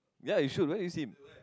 ya you should where do you see him